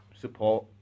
support